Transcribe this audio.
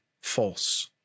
false